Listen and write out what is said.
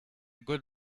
good